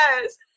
yes